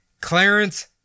Clarence